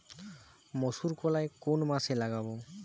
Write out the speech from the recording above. মুসুর কলাই কোন মাসে লাগাব?